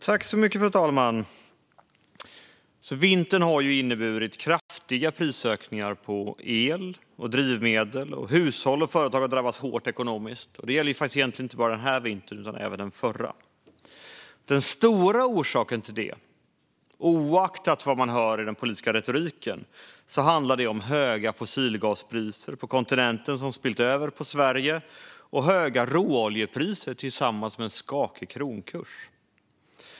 Fru talman! Vintern har ju inneburit kraftiga prisökningar på el och drivmedel. Hushåll och företag har drabbats hårt ekonomiskt. Detta gäller egentligen inte bara denna vinter utan även den förra. Oavsett vad vi hör i den politiska retoriken handlar det om höga fossilgaspriser på kontinenten som har spillt över på Sverige och om höga råoljepriser tillsammans med en skakig kronkurs.